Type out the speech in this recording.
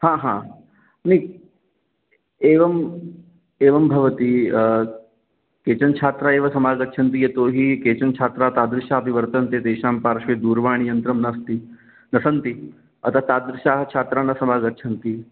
हा हा न हि एवं एवं भवति केचन छात्राः एव समागच्छन्ति यतोहि केचन छात्राः तादृशापि वर्तन्ते तेषां पार्श्वे दूरवाणीयन्त्रं नास्ति न सन्ति अतः तादृशाः छात्राः न समागच्छन्ति